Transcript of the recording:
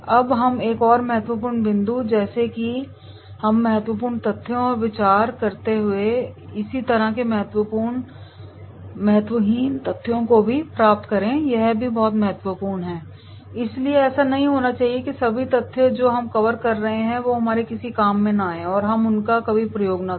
अब एक और महत्वपूर्ण बिंदु जैसा कि हम महत्वपूर्ण तथ्यों पर विचार करते हैं उसी तरह महत्वहीन तथ्यों को भी समाप्त करें यह भी बहुत महत्वपूर्ण है इसलिए ऐसा नहीं होना चाहिए कि सभी तथ्य जो हम कवर कर रहे हैं वह हमारे किसी काम में न आए या हम उनका कहीं प्रयोग ना करें